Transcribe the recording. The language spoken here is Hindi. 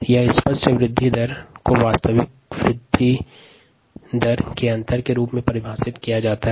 इसे स्पष्ट विशिष्ट वृद्धि दर को वास्तविक विशिष्ट वृद्धि दर के रूप में परिभाषित किया जा सकता है